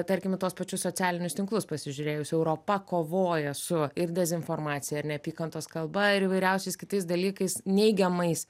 tarkim į tuos pačius socialinius tinklus pasižiūrėjus europa kovoja su ir dezinformacija ir neapykantos kalba ir įvairiausiais kitais dalykais neigiamais